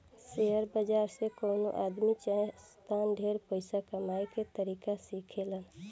share बाजार से कवनो आदमी चाहे संस्था ढेर पइसा कमाए के तरीका सिखेलन